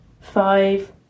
five